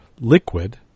Liquid